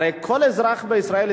הרי כל אזרח בישראל,